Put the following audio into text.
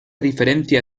diferencia